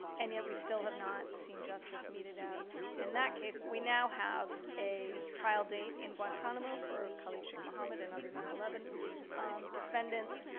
and yet we still have not seen justice meted out in that case, but we now have a trial date in guantanamo for khalid shaikh mohammed and other nine eleven defendants.